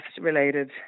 related